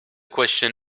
question